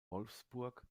wolfsburg